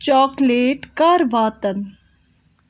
chocolate کَر واتَن